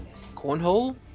cornhole